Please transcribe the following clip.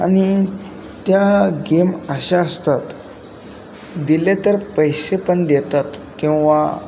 आणि त्या गेम अशा असतात दिले तर पैसे पण देतात किंवा